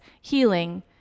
healing